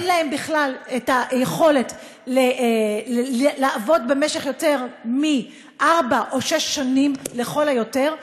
אין להם בכלל את היכולת לעבוד במשך יותר מארבע או שש שנים לכל היותר,